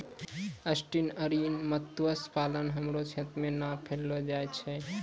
estuarine मत्स्य पालन हमरो क्षेत्र मे नै पैलो जाय छै